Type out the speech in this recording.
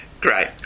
Great